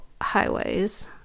highways